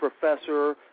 professor